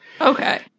Okay